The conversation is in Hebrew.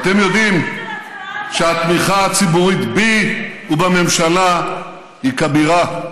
אתם יודעים שהתמיכה הציבורית בי ובממשלה היא כבירה.